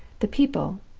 the people,